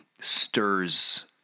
stirs